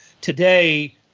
today